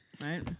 Right